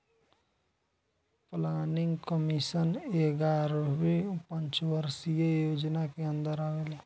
planning commission एग्यारहवी पंचवर्षीय योजना के अन्दर आवेला